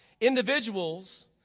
individuals